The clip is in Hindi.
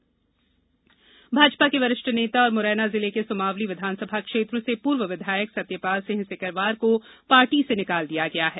भाजपा कार्यवाही भाजपा के वरिष्ठ नेता और मुरैना जिले के सुमावली विधानसभा क्षेत्र से पूर्व विधायक सत्यपाल सिंह सिकरवार को पार्टी से निकाल दिया गया है